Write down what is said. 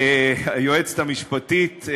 היועצת המשפטית,